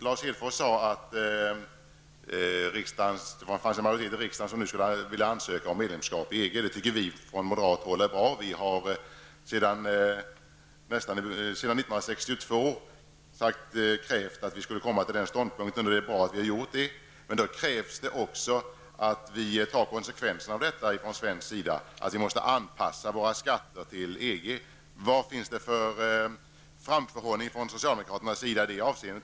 Lars Hedfors sade att en majoritet i riksdagen nu vill ansöka om medlemskap i EG. Det anser vi från moderat håll är bra. Moderaterna har sedan år 1962 krävt att vi i Sverige skulle komma fram till den ståndpunkten, och det är bra att vi nu gjort det. Men det krävs också att vi från svensk sida tar konsekvenserna av detta och anpassar våra skatter till EGs. Vilken framförhållning har socialdemokraterna i detta avseende?